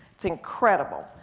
it's incredible,